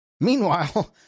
Meanwhile